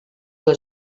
del